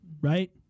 right